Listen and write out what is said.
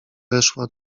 weszła